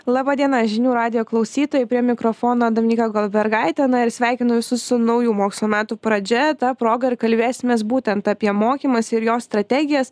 laba diena žinių radijo klausytojai prie mikrofono dominika goldbergaitė na ir sveikinu visus su naujų mokslo metų pradžia ta proga ir kalbėsimės būtent apie mokymąsi ir jo strategijas